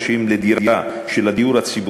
לדירה של הדיור הציבורי,